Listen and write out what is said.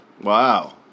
Wow